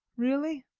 really?